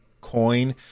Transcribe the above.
coin